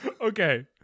Okay